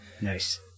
Nice